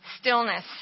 Stillness